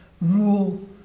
rule